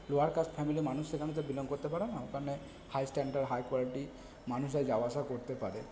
lower class ফ্যামিলির মানুষ সেখানে তো বিলং করতে পারে না ওখানে হাই স্ট্যানডার্ড হাই কোয়ালিটি মানুষরা যাওয়া আসা করতে পারে